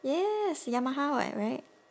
yes yamaha [what] right